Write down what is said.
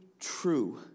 true